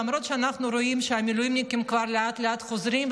למרות שאנחנו רואים שהמילואימניקים כבר לאט-לאט חוזרים,